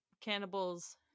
cannibals